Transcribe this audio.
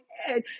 head